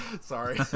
sorry